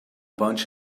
bunch